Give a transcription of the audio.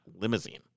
limousine